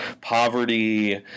poverty